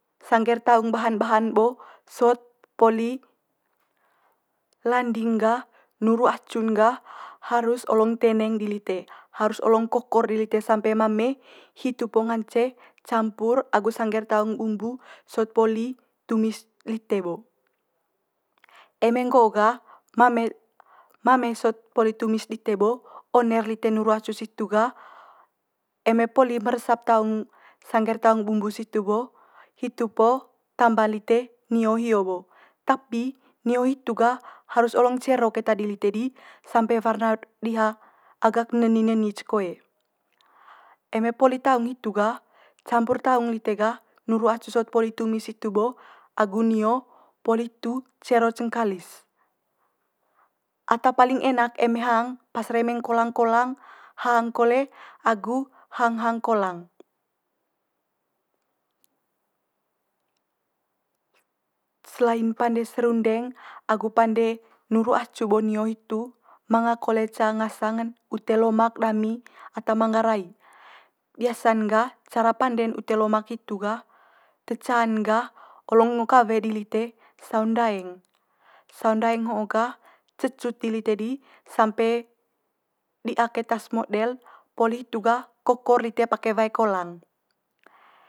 Sangge'r taung bahan bahan bo sot poli landing gah nuru acu'n gah harus olong teneng di lite harus olong kokor di lite sampe mame hitu po ngance campur agu sangger taung bumbu sot poli tumis dite bo. Eme nggo'o gah mame mame sot poli tumis dite bo one'r lite nuru acu situ gah eme poli meresap taung sangger taung bumbu situ bo hitu po tamba lite nio hio bo. Tapi nio hitu gah harus olong ccero keta di lite di sampe warna diha agak neni neni ce koe. Eme poli taung hitu gah campur taung lite gah nuru acu sot poli tumis situ bo agu nio poli hitu cero cengkalis. Ata paling enak eme hang pas remeng kolang kolang hang kole agu hang hang kolang. Selain pande serundeng agu pande nuru acu bo nio hitu manga kole ca ngasang'n ute lomak dami ata manggarai. Biasa'n gah cara pande'n ute lomak hitu gah te ca'n gah oloong ngo kawe di lite saung ndaeng. Saung ndaeng ho'o gah cecut di lite di sampe di'a keta's model poli hitu gah kokor lite pake wae kolang.